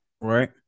Right